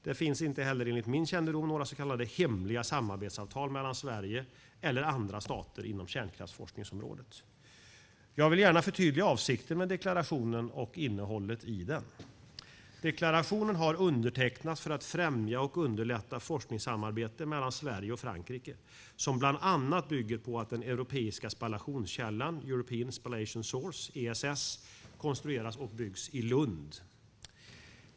Det finns inte heller enligt min kännedom några så kallade hemliga samarbetsavtal mellan Sverige och andra stater inom kärnkraftsforskningsområdet. Jag vill gärna förtydliga avsikten med deklarationen och innehållet i den. Deklarationen har undertecknats för att främja och underlätta forskningssamarbete mellan Sverige och Frankrike som bland annat bygger på att den europeiska spallationskällan, European Spallation Source, ESS, konstrueras och byggs i Lund.